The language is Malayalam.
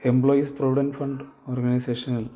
എംപ്ലോയീസ് പ്രൊവിഡൻറ്റ് ഫണ്ട് ഓർഗനൈസേഷനിൽ